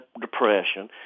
depression